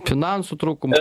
finansų trūkumas